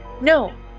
No